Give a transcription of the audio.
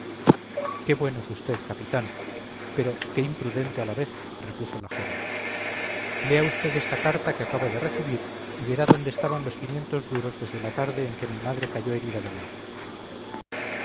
qué bueno es usted capitán pero que imprudente a la vez repuso la joven lea usted esta carta que acabo de recibir y verá dónde estaban los quinientos duros desde la tarde en que mi madre cayó herida de muerte